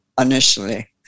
initially